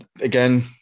Again